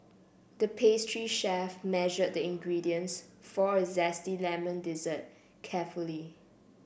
the pastry chef measured the ingredients for a zesty lemon dessert carefully